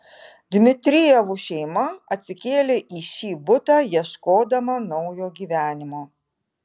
dmitrijevų šeima atsikėlė į šį butą ieškodama naujo gyvenimo